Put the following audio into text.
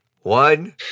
One